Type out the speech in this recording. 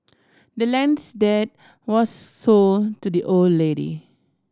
the land's deed was sold to the old lady